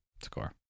score